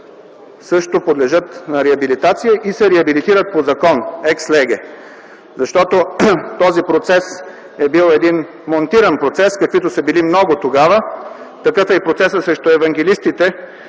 също подлежат на реабилитация и се реабилитират по закон, екс леге. Този процес е бил един монтиран процес, каквито са били много тогава. Такъв е и процесът срещу евангелистите,